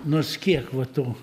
nors kiek va to